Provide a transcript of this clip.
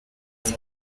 ati